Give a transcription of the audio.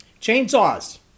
chainsaws